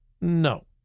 No